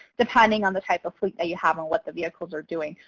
depending on the type of fleet that you have and what the vehicles are doing.